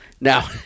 Now